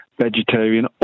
vegetarian